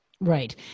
Right